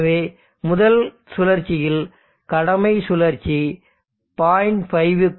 எனவே முதல் சுழற்சியில் கடமை சுழற்சி 0